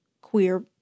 queer